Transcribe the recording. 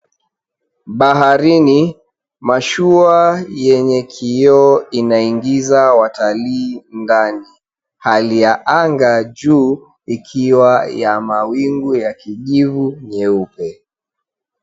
Baharini mashua yenye kioo inaingiza watalii ndani. Hali ya anga juu ikiwa ya mawingu ya kijivu nyeupe.